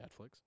Netflix